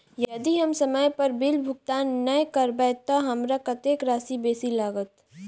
यदि हम समय पर बिल भुगतान नै करबै तऽ हमरा कत्तेक राशि बेसी लागत?